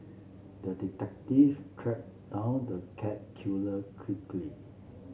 the detective tracked down the cat killer quickly